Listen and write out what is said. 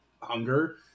hunger